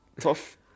Tough